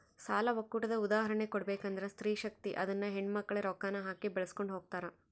ಸಾಲ ಒಕ್ಕೂಟದ ಉದಾಹರ್ಣೆ ಕೊಡ್ಬಕಂದ್ರ ಸ್ತ್ರೀ ಶಕ್ತಿ ಅದುನ್ನ ಹೆಣ್ಮಕ್ಳೇ ರೊಕ್ಕಾನ ಹಾಕಿ ಬೆಳಿಸ್ಕೊಂಡು ಹೊಗ್ತಾರ